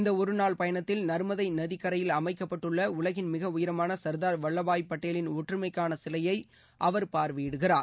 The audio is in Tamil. இந்த ஒருநாள் பயணத்தில் நர்மதை நதிக் கரையில் அமைக்கப்பட்டுள்ள உலகின் மிக உயரமான சர்தார் வல்லபாய் பட்டேலின் ஒற்றுமைக்கான சிலையை அவர் பார்வையிடுகிறார்